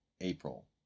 April